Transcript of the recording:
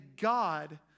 God